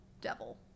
Devil